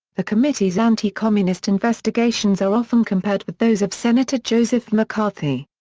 the committee's anti-communist investigations are often compared with those of senator joseph mccarthy.